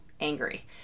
angry